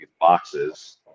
boxes